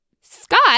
Scott